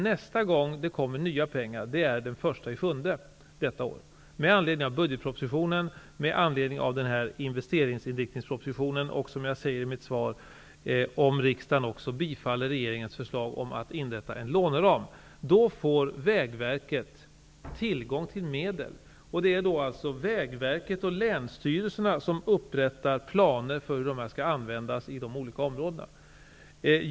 Nästa gång nya pengar kommer är den 1 juli i år. Med anledning av budgetpropositionen och med anledning av investeringsinriktningspropositionen och, som jag säger i mitt svar, om riksdagen bifaller regeringens förslag om inrättandet av en låneram får Vägverket tillgång till medel. Det är alltså Vägverket och länsstyrelserna som upprättar planer för hur medlen skall användas i de olika områdena.